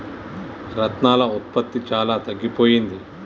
రత్నాల ఉత్పత్తి చాలా తగ్గిపోయింది